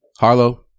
Harlow